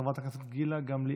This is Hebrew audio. חברת הכנסת גילה גמליאל,